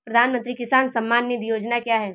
प्रधानमंत्री किसान सम्मान निधि योजना क्या है?